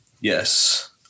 Yes